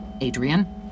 Adrian